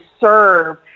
serve